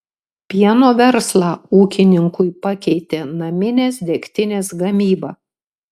pieno verslą ūkininkui pakeitė naminės degtinės gamyba